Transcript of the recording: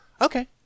Okay